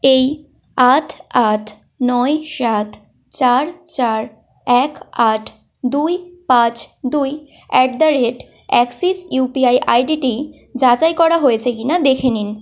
এই আট আট নয় সাত চার চার এক আট দুই পাঁচ দুই at the rate Axis UPI আইডিটি যাচাই করা হয়েছে কি না দেখে নিন